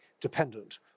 dependent